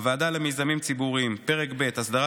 הוועדה למיזמים ציבוריים: פרק ב' הסדרת